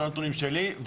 זה לא הנתונים שלי,